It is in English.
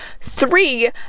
Three